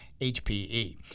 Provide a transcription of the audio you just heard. HPE